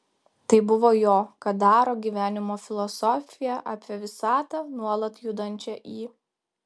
tai buvo jo kadaro gyvenimo filosofija apie visatą nuolat judančią į